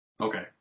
Okay